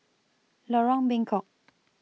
Lorong Bengkok